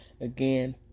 Again